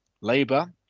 Labour